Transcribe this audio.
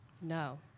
No